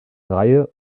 reihe